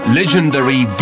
legendary